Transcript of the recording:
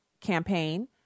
campaign